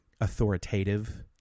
authoritative